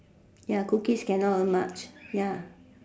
ya cookies cannot earn much ya